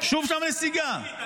שוב נסיגה?